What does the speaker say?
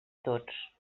tots